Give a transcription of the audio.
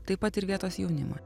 taip pat ir vietos jaunimą